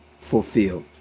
fulfilled